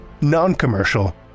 non-commercial